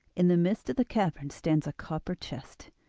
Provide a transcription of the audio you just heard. in the midst of the cavern stands a copper chest,